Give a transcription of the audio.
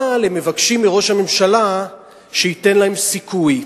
אבל הם מבקשים מראש הממשלה שייתן להם סיכוי.